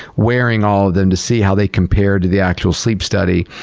wearing all of them to see how they compared to the actual sleep study.